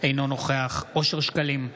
אינו נוכח אושר שקלים,